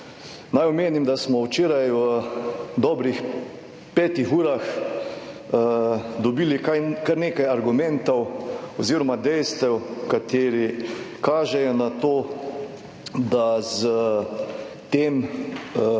Naj omenim, da smo včeraj v dobrih petih urah dobili kar, kar nekaj argumentov oziroma dejstev, kateri kažejo na to, da s tem